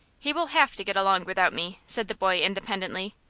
he will have to get along without me, said the boy, independently.